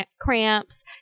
cramps